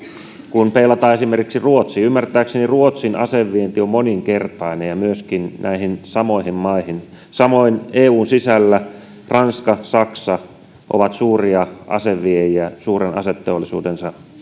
kun peilataan esimerkiksi ruotsiin ymmärtääkseni ruotsin asevienti on moninkertainen ja myöskin näihin samoihin maihin samoin eun sisällä ranska saksa ovat suuria aseviejiä suuren aseteollisuutensa